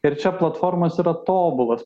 ir čia platformos yra tobulas